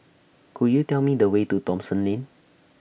Could YOU Tell Me The Way to Thomson Lane